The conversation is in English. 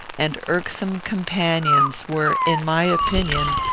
and irksome companions, were, in my opinion,